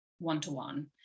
one-to-one